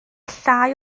llai